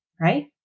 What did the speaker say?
right